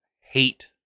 hate